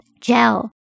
gel